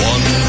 One